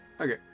Okay